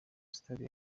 sitade